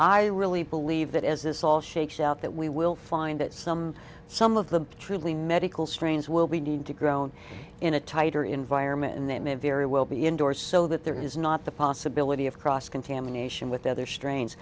i really believe that as this all shakes out that we will find that some some of the truly medical strains will be need to grown in a tighter environment and they may very well be indoors so that there is not the possibility of cross contamination with other stra